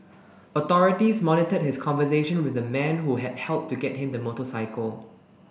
authorities monitored his conversation with the man who had helped to get him the motorcycle